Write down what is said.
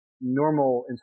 normal